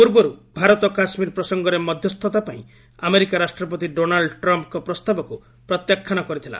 ପୂର୍ବରୁ ଭାରତ କାଶ୍କୀର ପ୍ରସଙ୍ଗରେ ମଧ୍ୟସ୍ଥତା ପାଇଁ ଆମେରିକା ରାଷ୍ଟ୍ରପତି ଡୋନାଲ୍ ଟ୍ରମ୍ପ୍ଙ୍କ ପ୍ରସ୍ତାବକୁ ପ୍ରତ୍ୟାଖ୍ୟାନ କରିଥିଲା